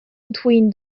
between